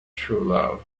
truelove